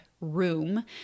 room